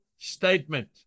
statement